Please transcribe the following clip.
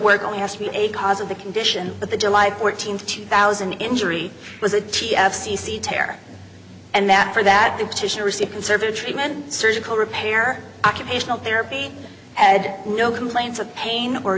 work only has to be a cause of the condition that the july fourteenth two thousand injury was a t f c c tear and that for that the petitioner received conservative treatment surgical repair occupational therapy had no complaints of pain or